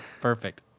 perfect